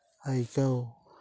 ᱟᱹᱭᱠᱟᱹᱣ